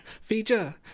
feature